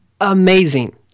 amazing